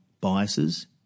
biases